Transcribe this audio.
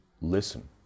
listen